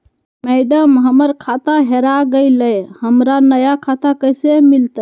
madam, हमर खाता हेरा गेलई, हमरा नया खाता कैसे मिलते